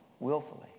Willfully